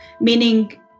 meaning